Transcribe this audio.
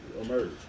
emerge